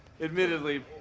admittedly